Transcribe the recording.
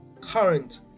current